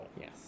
yes